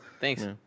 thanks